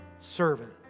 servant